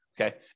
Okay